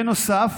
בנוסף,